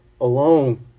alone